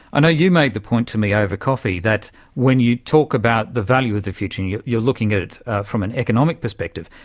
i know you made the point to me over coffee that when you talk about the value of the future and you're looking at it from an economic perspective.